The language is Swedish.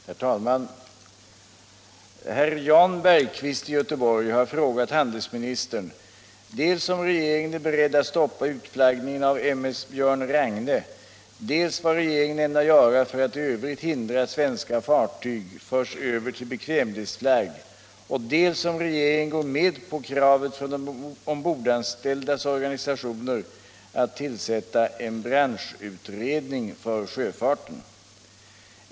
Herr talman! Herr Jan Bergqvist i Göteborg har frågat handelsministern dels om regeringen är beredd att stoppa utflaggning av M/S Björn Ragne, dels vad regeringen ämnar göra för att i övrigt hindra att svenska fartyg förs över till bekvämlighetsflagg, dels ock om regeringen går med på kravet från de ombordanställdas organisationer att tillsätta en branschutredning för sjöfarten.